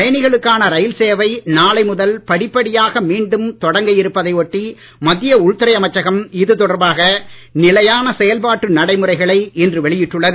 பயணிகளுக்கான ரயில் சேவை நாளை முதல் படிப்படியாக மீண்டும் தொடங்க இருப்பதை ஒட்டி மத்திய உள்துறை அமைச்சகம் இது தொடர்பாக நிலையான செயல்பாட்டு நடைமுறைகளை இன்று வெளியிட்டுள்ளது